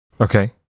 Okay